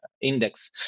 index